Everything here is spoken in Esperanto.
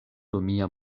romia